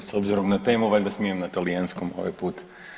s obzirom na temu valjda smijem na talijanskom ovaj put.